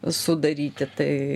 sudaryti tai